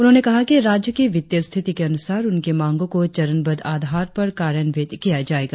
उन्होंने कहा कि राज्य की वित्तीय स्थिति के अनुसार उनकी मांगो को चरण बद्ध आधार पर कार्यान्वित किया जाएगा